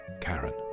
Karen